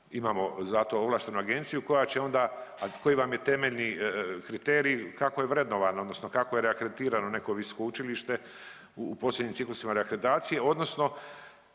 imamo za to ovlaštenu agenciju koja će onda koji vam je temeljni kriterij kako je vrednovano odnosno kako je reakreditirano neko visoko učilište u posljednjim ciklusima reakreditacije odnosno